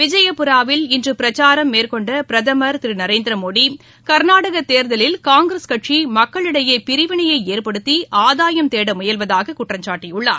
விஜயபுராவில் இன்று பிரச்சாரம் மேற்கொண்ட பிரதமர் திரு நரேந்திர மோடி கர்நாடக தேர்தலில் காங்கிரஸ் கட்சி மக்களிடையே பிரிவினையை ஏற்படுத்தி ஆதாயம் தேட முயல்வதாக குற்றம் சாட்டியுள்ளார்